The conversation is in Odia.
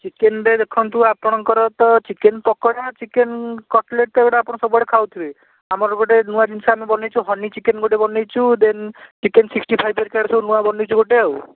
ଚିକେନ୍ରେ ଦେଖନ୍ତୁ ଆପଣଙ୍କର ତ ଚିକେନ୍ ପକୋଡ଼ା ଚିକେନ୍ କଟଲେଟ୍ ତ ଏଗୁଡ଼ା ଆପଣ ସବୁଆଡ଼େ ଖାଉଥିବେ ଆମର ଗୋଟେ ନୂଆ ଜିନିଷ ଆମେ ବନେଇଛୁ ହନି ଚିକେନ୍ ଗୋଟେ ବନେଇଛୁ ଦେନ୍ ଚିକେନ୍ ସିକ୍ସଟି ଫାଇଭ୍ ହେରେକା ସବୁ ନୁଆ ବନେଇଛୁ ଗୋଟେ ଆଉ